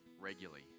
regularly